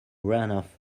runoff